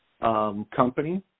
company